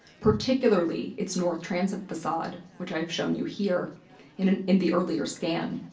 particularly its north transept facade which i've shown you here in and in the earlier scan.